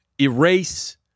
erase